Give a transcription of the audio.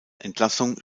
entlassung